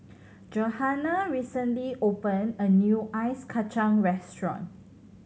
Johanna recently open a new Ice Kachang restaurant